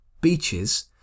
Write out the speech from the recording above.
beaches